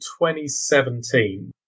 2017